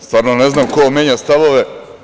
Stvarno ne znam ko menja stavove?